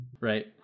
Right